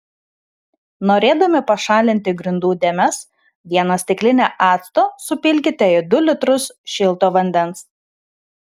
norėdami pašalinti grindų dėmes vieną stiklinę acto supilkite į du litrus šilto vandens